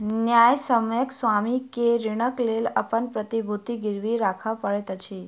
न्यायसम्यक स्वामी के ऋणक लेल अपन प्रतिभूति गिरवी राखअ पड़ैत अछि